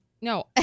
No